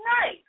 nice